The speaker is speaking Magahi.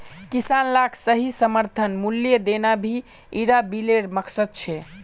किसान लाक सही समर्थन मूल्य देना भी इरा बिलेर मकसद छे